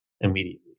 immediately